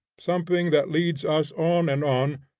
something that leads us on and on,